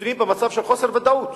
נתונים במצב של חוסר ודאות,